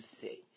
see